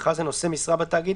ובכלל זה נושא משרה בתאגיד,